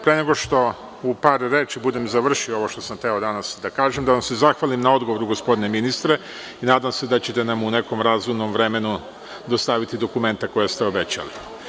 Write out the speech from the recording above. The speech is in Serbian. Pre nego što u par reči budem završio ovo što sam hteo danas da kažem, da vam se zahvalim na odgovoru gospodine ministre i nadam se da ćete nam u nekom razumnom vremenu dostaviti dokumenta koja ste obećali.